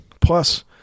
Plus